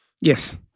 Yes